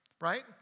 right